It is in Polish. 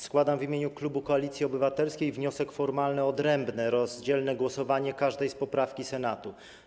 Składam w imieniu klubu Koalicji Obywatelskiej wniosek formalny o odrębne, rozdzielne głosowanie nad każdą poprawką Senatu.